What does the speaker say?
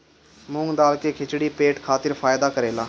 मूंग दाल के खिचड़ी पेट खातिर फायदा करेला